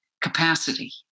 capacity